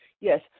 yes